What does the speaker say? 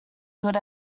good